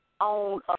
on